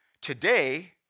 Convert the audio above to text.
today